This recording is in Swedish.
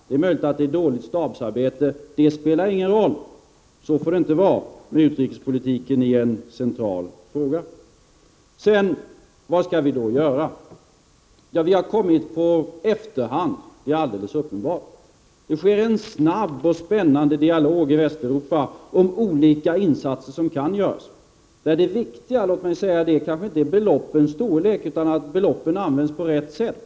Det är möjligt att det är dåligt stabsarbete, men det spelar ingen roll. Så får det inte vara med utrikes politiken i en central fråga. Vad skall vi då göra? Vi har kommit på efterhand, det är alldeles uppen bart. Det sker en snabb och spännande dialog i Västeuropa om olika insatser som kan göras. Det viktiga, låt mig säga det, kanske inte är beloppens storlek utan att beloppen används på rätt sätt.